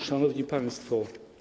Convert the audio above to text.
Szanowni Państwo!